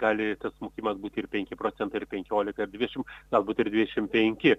gali tas smukimas būt ir penki procentai ir penkiolika ir dvidešim galbūt ir dvidešim penki